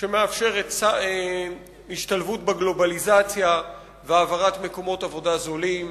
שמאפשרת השתלבות בגלובליזציה והעברת מקומות עבודה זולים